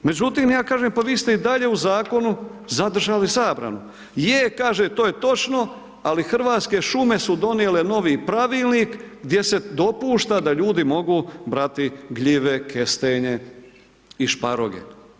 Međutim, ja kažem, pa vi ste i dalje u zakonu zadržali zabranu, je kaže to je točno, ali Hrvatske šume su donijele novi pravilnik gdje se dopušta da ljudi mogu brati gljive, kestenje i šparoge.